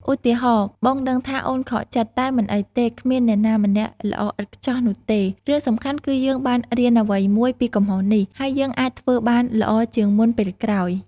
ឧទាហរណ៍ បងដឹងថាអូនខកចិត្ត តែមិនអីទេ គ្មានអ្នកណាម្នាក់ល្អឥតខ្ចោះនោះទេ។ រឿងសំខាន់គឺយើងបានរៀនអ្វីមួយពីកំហុសនេះ ហើយយើងអាចធ្វើបានល្អជាងមុនពេលក្រោយ។